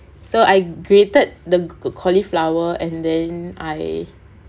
so I grated the cauliflower and then I